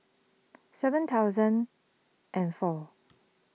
seven thousand and four